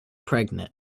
pregnant